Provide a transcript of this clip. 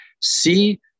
see